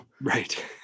right